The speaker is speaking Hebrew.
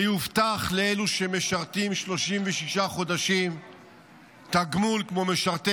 שיובטח לאלה שמשרתים 36 חודשים תגמול כמו משרתי